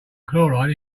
chloride